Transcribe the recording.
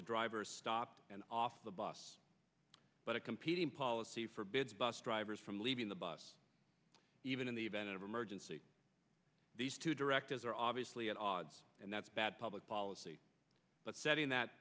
the driver stop and off the bus but a competing policy forbids bus drivers from leaving the bus even in the event of emergency these two directives are obviously at odds and that's bad public policy but setting that